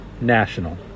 national